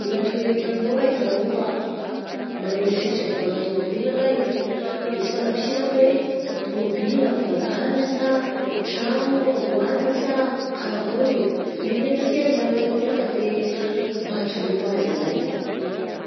Mila torohevitra aminao agna zaho io fa magnana eritreritra hivagna tômobila anga eh, de sy fantako sy zany hoe tômobila no vangagna sa tragno amboarina sa karakory very hevitra sy any zaho hitanao io fa de mba torohy koa ahy zalahy eh.